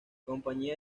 compañía